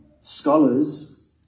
scholars